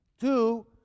two